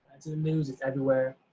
it's in the news, it's everywhere.